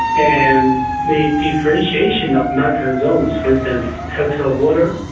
and the differentiation of maritime zones for instance territorial waters,